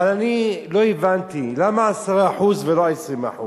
אבל אני לא הבנתי למה 10% ולא 20%,